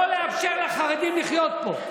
לא לאפשר לחרדים לחיות פה.